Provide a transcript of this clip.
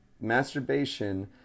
masturbation